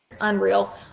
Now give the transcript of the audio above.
Unreal